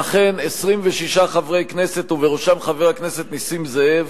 ואכן, 26 חברי כנסת, ובראשם חבר הכנסת נסים זאב,